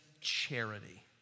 charity